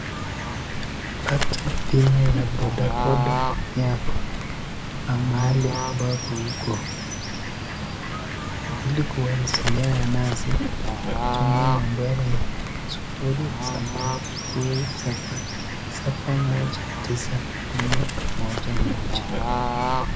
Pata bima ya bodaboda yako kwa mahali ambako huko Ili kuwasiliana nasi, tumia nambari 0707719411